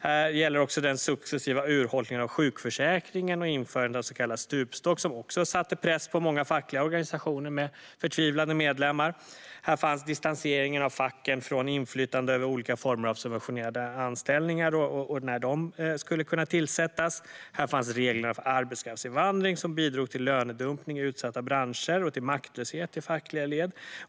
Det gäller också den successiva urholkningen av sjukförsäkringen och införandet av en så kallad stupstock som också satte press på många fackliga organisationer med förtvivlade medlemmar. Här fanns distanseringen av facken från inflytande över olika former av subventionerade anställningar och när de skulle kunna tillsättas. Här fanns reglerna för arbetskraftsinvandring som bidrog till lönedumpning i utsatta branscher och till maktlöshet i fackliga led.